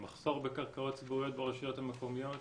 מחסור בקרקעות ציבוריות ברשויות המקומיות,